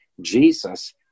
Jesus